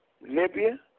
Libya